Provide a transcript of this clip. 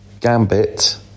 Gambit